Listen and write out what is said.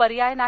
पर्याय नाही